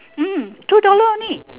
hmm two dollar only